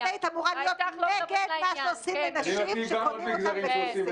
את היית אמורה להיות נגד מה שעושים לנשים שקונים אותן בכסף.